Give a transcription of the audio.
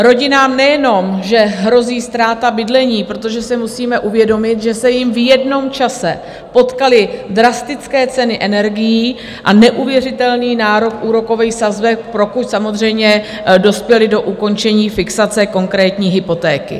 Rodinám nejenom že hrozí ztráta bydlení, protože si musíme uvědomit, že se jim v jednom čase potkaly drastické ceny energií a neuvěřitelný nárůst úrokových sazeb, pokud samozřejmě dospěly do ukončení fixace konkrétní hypotéky.